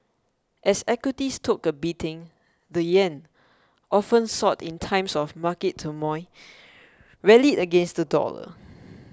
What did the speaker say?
as equities took a beating the yen often sought in times of market turmoil rallied against the dollar